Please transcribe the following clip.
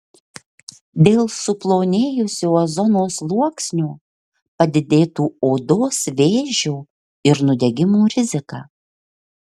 dėl suplonėjusio ozono sluoksnio padidėtų odos vėžio ir nudegimų rizika